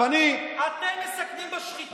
אתם מסכנים בשחיתות שלכם, באי-הקפדה על הכללים.